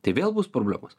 tai vėl bus problemos